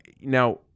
now